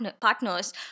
partners